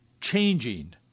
changing